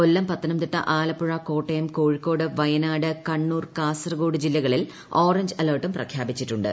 കൊല്ലം പത്തനംതിട്ട ആലപ്പുഴ കോട്ടയം കോഴിക്കോട് വയനാട് കണ്ണൂർ കാസർകോഡ് ജില്ലകളിൽ ഓറഞ്ച് അലർട്ടും പ്രഖ്യാപിച്ചിട്ടുണ്ട്